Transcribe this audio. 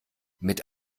mit